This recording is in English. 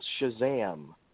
Shazam